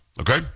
Okay